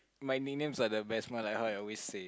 my nicknames are the best one like how I always say